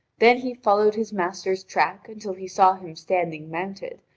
then he followed his master's track until he saw him standing mounted,